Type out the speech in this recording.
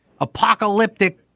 apocalyptic